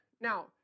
Now